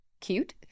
Cute